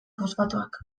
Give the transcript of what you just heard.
fosfatoak